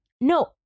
no